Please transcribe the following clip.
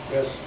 Yes